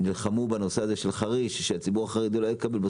הרי נלחמו שהציבור החרדי לא יקבל בחריש,